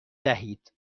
دهید